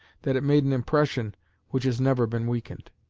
that it made an impression which has never been weakened.